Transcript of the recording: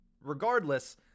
regardless